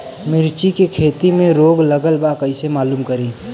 मिर्ची के खेती में रोग लगल बा कईसे मालूम करि?